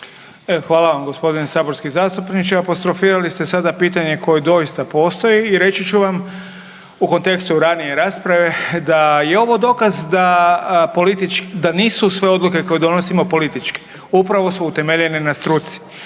hvala vam gospodine saborski zastupniče, apostrofirali ste sada pitanje koje doista postoji i reći ću vam u kontekstu ranije rasprave da je ovo dokaz da nisu sve odluke koje donosimo političke, upravo su utemeljene na struci.